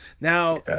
Now